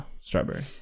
strawberry